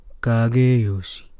Kageyoshi